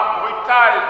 brutal